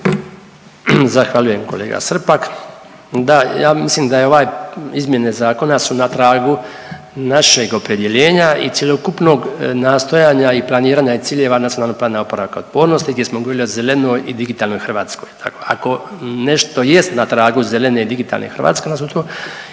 Zahvaljujem kolega Srpak. Da, ja mislim da je ovaj, izmjene zakona su na tragu našeg opredjeljenja i cjelokupnog nastojanja i planiranja i ciljeva NPOO-a gdje smo …/Govornik se ne razumije/… zelenoj i digitalnoj Hrvatskoj. Ako nešto jest na tragu zelene i digitalne Hrvatske